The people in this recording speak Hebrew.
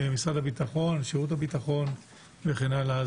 משרד הביטחון, שירות הביטחון וכן הלאה.